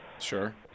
Sure